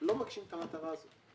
זה לא מגשים את המטרה הזאת.